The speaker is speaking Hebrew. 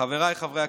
של חבר הכנסת